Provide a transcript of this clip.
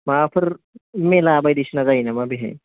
माबाफोर मेला बायदिसिना जायो नामा बेजों